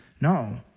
No